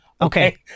Okay